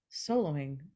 soloing